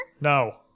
No